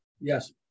Yes